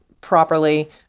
properly